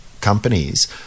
companies